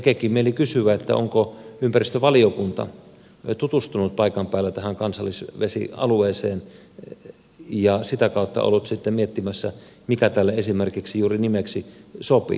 tekeekin mieli kysyä onko ympäristövaliokunta tutustunut paikan päällä tähän kansallisvesialueeseen ja sitä kautta ollut sitten miettimässä mikä tälle esimerkiksi juuri nimeksi sopii